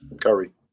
Curry